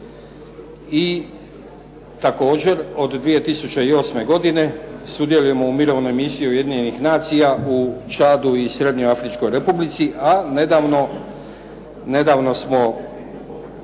i također od 2008. godine sudjelujemo u mirovnoj misiji Ujedinjenih nacija u Čadu i Srednjoj Afričkoj Republici, a nedavno smo